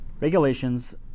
Regulations